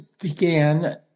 began